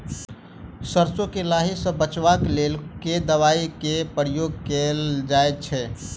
सैरसो केँ लाही सऽ बचाब केँ लेल केँ दवाई केँ प्रयोग कैल जाएँ छैय?